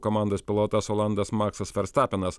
komandos pilotas olandas maksas ferstapenas